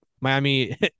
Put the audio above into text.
Miami